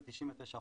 כ-99%,